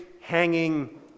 hanging